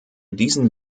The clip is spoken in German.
diesen